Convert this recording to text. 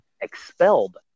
expelled